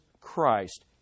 Christ